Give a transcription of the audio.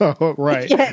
Right